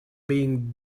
being